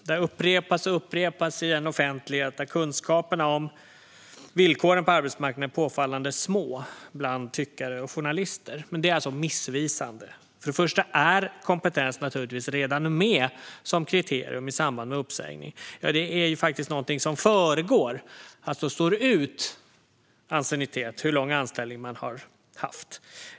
Detta upprepas och upprepas i en offentlighet där kunskaperna om villkoren på arbetsmarknaden är påfallande små bland tyckare och journalister. Men det är alltså missvisande. För det första är kompetens naturligtvis redan med som kriterium i samband med uppsägning. Det är faktiskt någonting som går före hur lång anställning man har haft och alltså slår ut anciennitet.